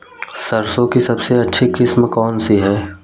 सरसों की सबसे अच्छी किस्म कौन सी है?